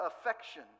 affection